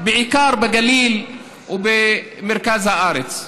בעיקר בגליל ובמרכז הארץ.